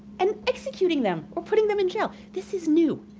and executing them, or putting them in jail. this is new.